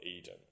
Eden